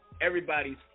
everybody's